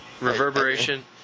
reverberation